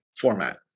format